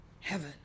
heaven